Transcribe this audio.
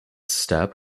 step